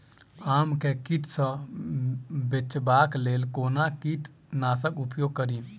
आम केँ कीट सऽ बचेबाक लेल कोना कीट नाशक उपयोग करि?